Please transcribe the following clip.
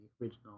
original